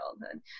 childhood